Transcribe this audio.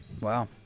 wow